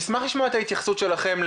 אשמח לשמוע את ההתייחסות שלכם,